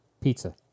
Pizza